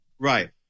Right